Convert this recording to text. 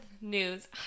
news